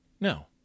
No